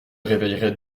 réveillerai